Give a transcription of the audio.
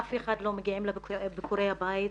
אף אחד לא מגיע לביקורי בית.